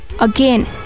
again